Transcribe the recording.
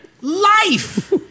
Life